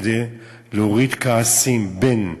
כדי להוריד כעסים בין בני-זוג,